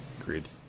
Agreed